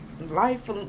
life